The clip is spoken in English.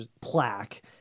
plaque